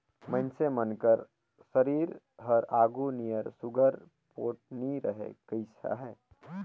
मइनसे मन कर सरीर हर आघु नियर सुग्घर पोठ नी रहि गइस अहे